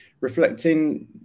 Reflecting